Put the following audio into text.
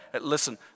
Listen